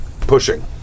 pushing